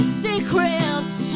secrets